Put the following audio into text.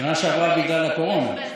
בשנה שעברה זה היה בגלל הקורונה,